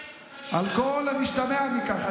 מה יש לך, על כל המשתמע מכך.